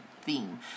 theme